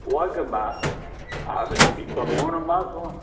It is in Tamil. ஓகேம்மா அது இப்போ மூணு மாதம்